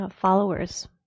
followers